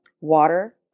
water